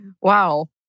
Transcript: Wow